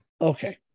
Okay